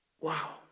Wow